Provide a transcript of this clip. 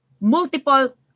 multiple